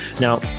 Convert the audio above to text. Now